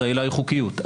אז העילה היא חוקיות.